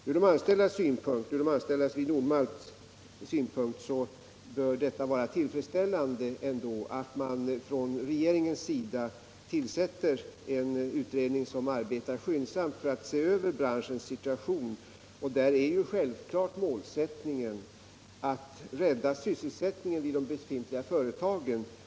För de anställda vid Nord-Malt bör det ändå vara tillfredsställande att regeringen tillsätter en utredning som skyndsamt arbetar med att se över branschens situation. Målsättningen är självfallet att så långt möjligt rädda sysselsättningen vid de befintliga företagen.